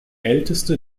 älteste